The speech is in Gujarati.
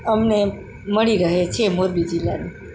અમને મળી રહે છે મોરબી જિલ્લાની